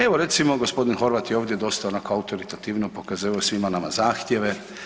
Evo recimo gospodin Horvat je ovdje dosta onako autoritativno pokazivao svima nama zahtjeve.